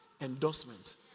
endorsement